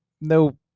no